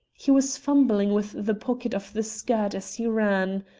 he was fumbling with the pocket of the skirt as he ran.